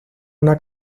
una